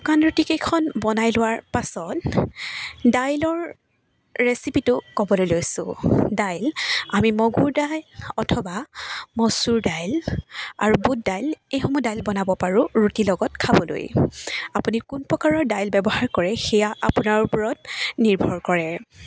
শুকান ৰুটিকেইখন বনাই লোৱাৰ পাছত দাইলৰ ৰেচিপিটো ক'বলৈ লৈছোঁ দাইল আমি মগুৰ দাইল অথবা মচুৰ দাইল আৰু বুট দাইল এইসমূহ দাইল বনাব পাৰোঁ ৰুটি লগত খাবলৈ আপুনি কোন প্ৰকাৰৰ দাইল ব্যৱহাৰ কৰে সেয়া আপোনাৰ ওপৰত নিৰ্ভৰ কৰে